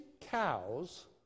cows